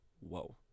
Whoa